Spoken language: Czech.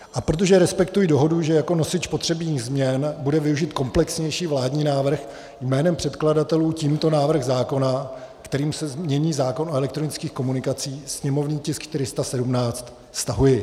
A protože respektuji dohodu, že jako nosič potřebných změn bude využit komplexnější vládní návrh, jménem předkladatelů tímto návrh zákona, kterým se mění zákon o elektronických komunikacích, sněmovní tisk 417, stahuji.